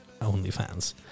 OnlyFans